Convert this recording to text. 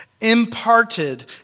imparted